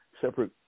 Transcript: separate